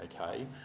okay